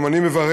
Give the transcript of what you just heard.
גם אני מברך,